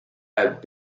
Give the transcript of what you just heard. have